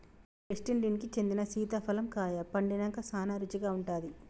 West Indies కి చెందిన సీతాఫలం కాయ పండినంక సానా రుచిగా ఉంటాది